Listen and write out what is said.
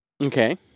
Okay